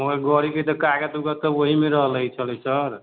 मगर गाड़ीके तऽ कागज वागज वहिमे रहलै छलेै सर